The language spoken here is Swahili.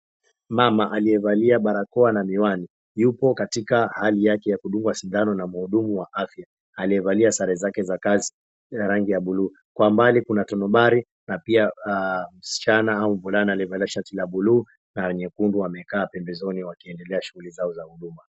Mama aliyevalia barakoa na miwani yuko katika hali yake ya kundugwa sindano na muhudumu wa afya, aliyevalia sare zake za kazi ya rangi ya bluu. Kwa bali kuna tonombali na pia msichana au mvulana aliyevalia shati la bluu na nyekundu wakiwa wamekaa pembezoni wakiendelea shughuli zao za huduma.